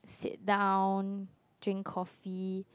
sit down drink coffee